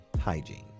hygiene